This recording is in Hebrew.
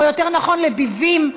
או יותר נכון לביבים,